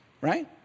right